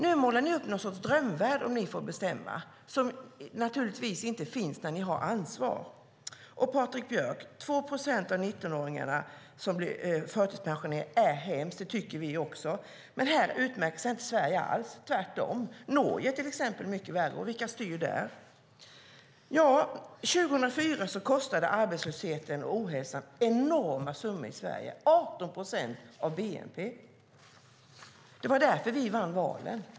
Nu målar ni upp någon sorts drömvärld om ni får bestämma, en värld som naturligtvis inte finns när ni har ansvaret. Patrik Björck! Att 2 procent av 19-åringarna blir förtidspensionerade är hemskt. Det tycker vi också. Men här utmärker sig inte Sverige alls, tvärtom. Norge är till exempel mycket värre, och vilka styr där? År 2004 kostade arbetslösheten och ohälsan enorma summor i Sverige - 18 procent av bnp. Det var därför vi vann valen.